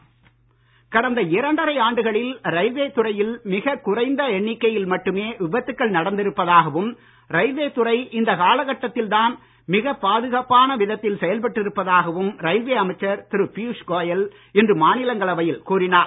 ரயில் கடந்த இரண்டரை ஆண்டுகளில் ரயில்வே துறையில் மிக குறைந்த எண்ணிக்கையில் மட்டுமே விபத்துக்கள் நடந்திருப்பதாகவும் ரயில்வே துறை இந்த கால கட்டத்தில் தான் மிகப் பாதுகாப்பான விதத்தில் செயல்பட்டிருப்பதாகவும் ரயில்வே அமைச்சர் திரு பியூஷ் கோயல் இன்று மாநிலங்களவையில் கூறினார்